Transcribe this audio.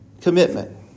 commitment